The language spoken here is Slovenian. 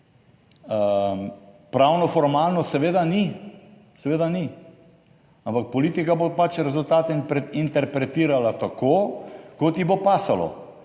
Pravno formalno seveda ni, seveda ni, ampak politika bo pač rezultate interpretirala tako kot ji bo pasalo.